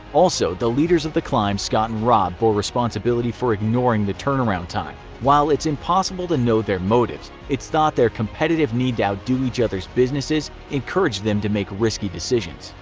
also, the leaders of the climb, scott and rob bore responsibility for ignoring the turnaround time. while it's impossible to know their motives, it's thought their competitive need to outdo each others' businesses encouraged them to make risky decisions.